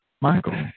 Michael